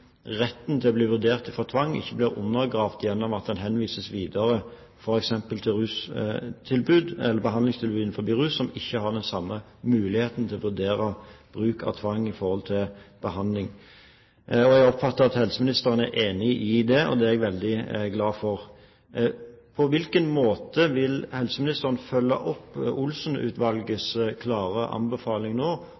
samme muligheten til å vurdere bruk av tvang i forhold til behandling. Jeg oppfatter at helseministeren er enig i det, og det er jeg veldig glad for. På hvilken måte vil helseministeren følge opp